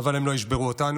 אבל הם לא ישברו אותנו,